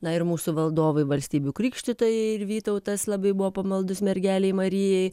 na ir mūsų valdovai valstybių krikštytojai ir vytautas labai buvo pamaldus mergelei marijai